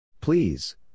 Please